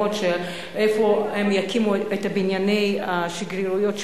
איפה הם יקימו את בנייני השגרירויות שלהם,